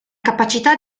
capacità